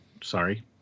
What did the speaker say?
sorry